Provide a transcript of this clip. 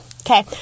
okay